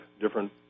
different